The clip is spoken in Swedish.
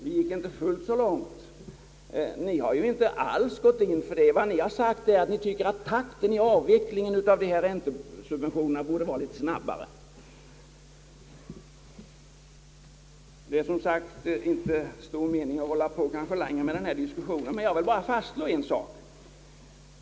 Vi gick inte fullt så långt i fråga om avveckling av räntesubventionen, men vad ni har sagt är att ni tycker att takten i avvecklingen av räntesubventionerna borde vara litet snabbare. Det är inte stor mening att hålla på längre med denna diskussion, men jag vill fastslå en sak.